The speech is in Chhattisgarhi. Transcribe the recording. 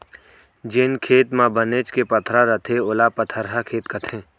जेन खेत म बनेच के पथरा रथे ओला पथरहा खेत कथें